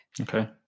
okay